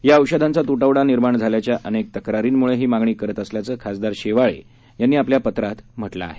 या औषधांचा त्टवडा निर्माण झाल्याच्या अनेक तक्रारींमुळे ही मागणी करत असल्याचं खासदार शेवाळे यांनी आपल्या पत्रात म्हटलं आहे